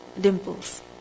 dimples